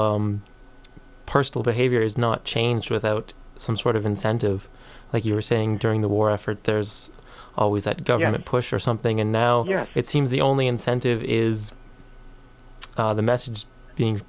personal behavior is not change without some sort of incentive like you were saying during the war effort there's always that document push or something and now it seems the only incentive is the message being